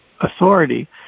authority